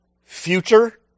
Future